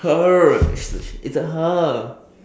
her it's a her